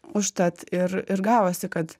užtat ir ir gavosi kad